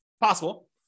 possible